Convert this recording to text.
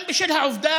גם בשל העובדה